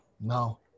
No